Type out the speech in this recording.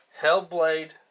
Hellblade